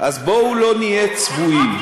אז בואו לא נהיה צבועים.